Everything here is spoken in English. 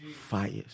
fires